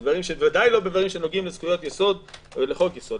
ודאי לא בדברים שנוגעים לזכויות יסוד ולחוק יסוד.